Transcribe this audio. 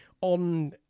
on